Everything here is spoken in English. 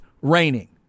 raining